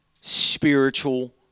spiritual